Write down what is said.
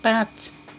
पाँच